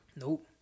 Nope